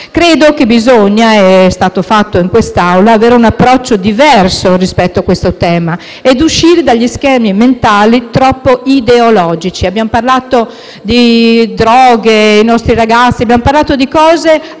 Credo che, come è stato fatto in quest'Aula, occorra avere un approccio diverso rispetto a questo tema ed uscire dagli schemi mentali troppo ideologici. Abbiamo parlato di droghe e dei nostri ragazzi; abbiamo parlato di